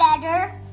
better